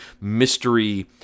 mystery